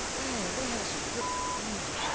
and they had some good music